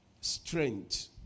strength